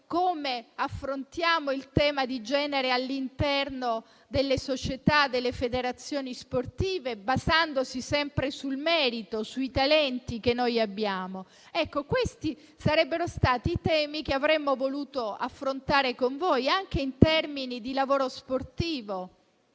come affrontiamo il tema di genere all'interno delle società e delle federazioni sportive, basandosi sempre sul merito, sui talenti che noi abbiamo. Questi sarebbero stati i temi che avremmo voluto affrontare con voi, anche in termini di lavoro sportivo,